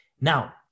Now